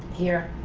here.